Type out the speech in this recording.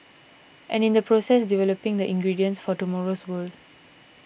and in the process developing the ingredients for tomorrow's world